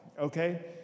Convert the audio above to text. okay